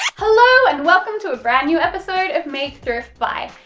hello and welcome to a brand new episode of make thrift buy!